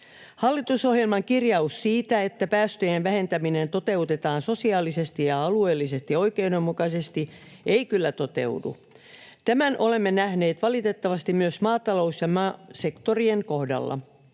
Hallitusohjelman kirjaus siitä, että päästöjen vähentäminen toteutetaan sosiaalisesti ja alueellisesti oikeudenmukaisesti, ei kyllä toteudu. Tämän olemme nähneet valitettavasti myös maatalous- ja maankäyttösektorien kohdalla.